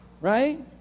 right